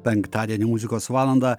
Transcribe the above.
penktadienį muzikos valanda